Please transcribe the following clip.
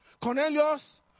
Cornelius